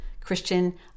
Christian